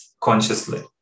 consciously